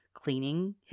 Cleaning